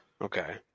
Okay